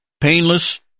painless